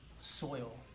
soil